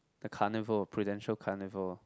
the carnival Prudential carnival